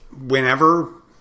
whenever